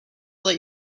let